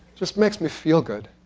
just makes me feel good.